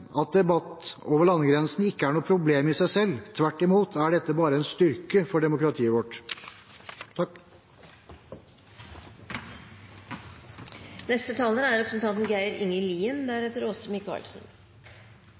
at debatt over landegrensene ikke er noe problem i seg selv, tvert imot er dette bare en styrke for demokratiet vårt.